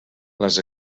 les